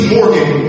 Morgan